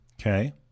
Okay